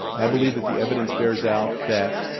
i believe that the evidence bears out that,